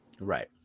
Right